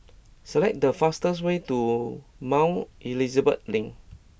select the fastest way to Mount Elizabeth Link